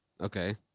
okay